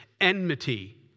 Enmity